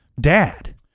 dad